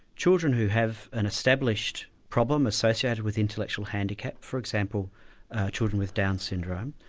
children who have an established problem associated with intellectual handicap, for example children with down syndrome,